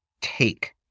take